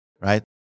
Right